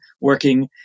working